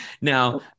now